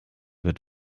wird